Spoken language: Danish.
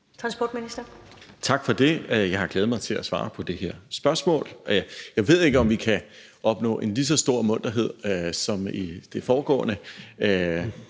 Engelbrecht): Tak for det. Jeg har glædet mig til at svare på det her spørgsmål, og jeg ved ikke, om vi kan opnå en lige så stor munterhed som ved det foregående